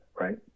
right